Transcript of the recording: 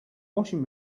washing